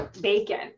bacon